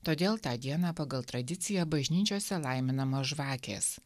todėl tą dieną pagal tradiciją bažnyčiose laiminamos žvakės